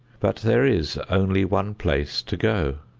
but there is only one place to go.